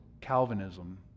Calvinism